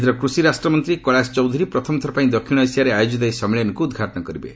କେନ୍ଦ୍ର କୁଷିରାଷ୍ଟ୍ରମନ୍ତ୍ରୀ କୈଳାସ ଚୌଧୁରୀ ପ୍ରଥମଥର ପାଇଁ ଦକ୍ଷିଣ ଏସିଆରେ ଆୟୋଜିତ ଏହି ସମ୍ମିଳନୀକୁ ଉଦ୍ଘାଟନ କରିବେ